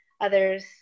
others